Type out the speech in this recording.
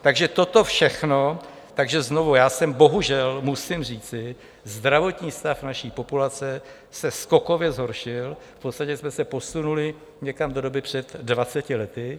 Takže toto všechno, takže znovu, já bohužel musím říci, zdravotní stav naší populace se skokově zhoršil, v podstatě jsme se posunuli někam do doby před dvaceti lety.